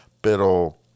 pero